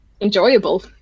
enjoyable